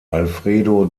alfredo